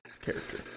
character